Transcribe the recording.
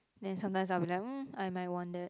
then sometimes I'll be like mm I might want that